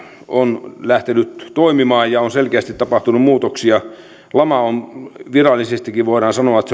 on lähtenyt toimimaan ja on selkeästi tapahtunut muutoksia virallisestikin voidaan sanoa että